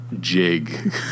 jig